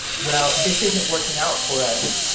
well this isn't working out for us.